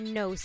no